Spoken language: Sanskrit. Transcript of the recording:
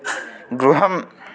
गृहम्